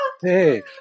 hey